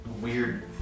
weird